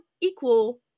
equal